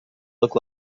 look